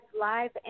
live